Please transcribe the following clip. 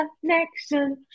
Connection